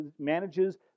manages